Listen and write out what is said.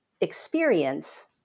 experience